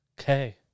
Okay